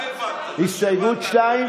הסתייגות 2?